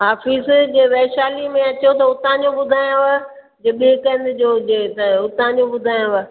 हा फीस जे वैशाली में अचो उतां जो ॿुधायांव जे ॿिए कंहिं जो हुजे त उतां जो ॿुधायांव